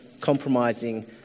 compromising